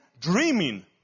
dreaming